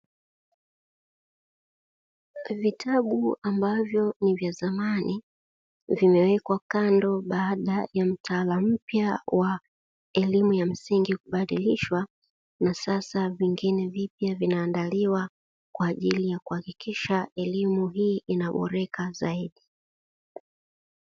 Vitabu ambavyo ni vya zamani, vimewekwa kando baada ya mtaala mpya wa elimu ya msingi kubadilishwa, na sasa vingine vipya vinaandaliwa kwa ajili ya kuhakikisha elimu hii inaboreka zaidi.